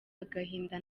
agahinda